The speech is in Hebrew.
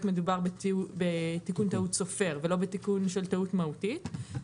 מדובר בתיקון טעות סופר ולא בתיקון של טעות מהותית,